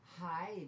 Hi